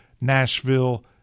Nashville